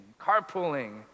carpooling